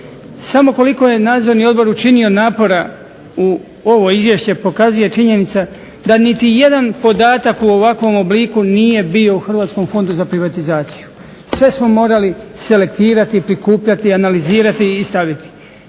Samo koliko je nadzorni odbor učinio napora u ovo izvješće pokazuje činjenica da niti jedan podatak u ovakvom obliku nije bio u Hrvatskom fondu za privatizaciju. Sve smo morali selektirati, prikupljati, analizirati i staviti.